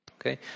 okay